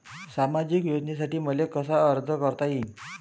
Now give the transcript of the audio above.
सामाजिक योजनेसाठी मले कसा अर्ज करता येईन?